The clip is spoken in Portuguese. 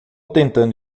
tentando